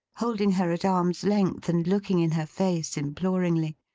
holding her at arm's-length, and looking in her face imploringly.